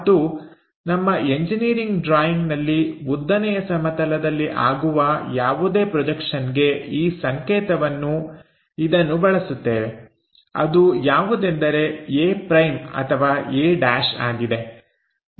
ಮತ್ತು ನಮ್ಮ ಎಂಜಿನಿಯರಿಂಗ್ ಡ್ರಾಯಿಂಗ್ನಲ್ಲಿ ಉದ್ದನೆಯ ಸಮತಲದಲ್ಲಿ ಆಗುವ ಯಾವುದೇ ಪ್ರೊಜೆಕ್ಷನ್ಗೆ ಈ ಸಂಕೇತವನ್ನು ಇದನ್ನು ಬಳಸುತ್ತೇವೆ ಅದು ಯಾವುದೆಂದರೆ aʹ ಆಗಿದೆ